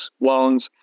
loans